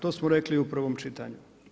To smo rekli i u prvom čitanju.